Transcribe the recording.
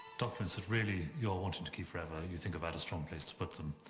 documents that really you're wanting to keep forever, you think about a strong place to put them.